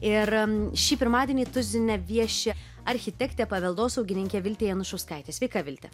ir šį pirmadienį tuzine vieši architektė paveldosaugininkė viltė janušauskaitė sveika vilte